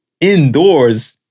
indoors